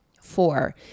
Four